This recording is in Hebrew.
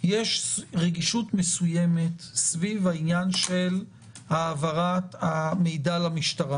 יש רגישות מסוימים סביב העניין של העברת המידע למשטרה.